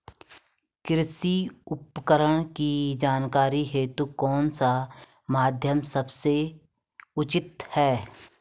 कृषि उपकरण की जानकारी हेतु कौन सा माध्यम सबसे उचित है?